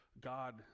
God